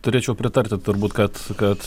turėčiau pritarti turbūt kad kad